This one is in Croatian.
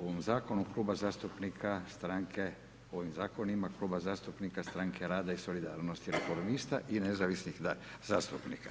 ovom zakonu Kluba zastupnika stranke u ovim zakonima Kluba zastupnika Stranke rada i solidarnosti i reformista i nezavisnih zastupnika.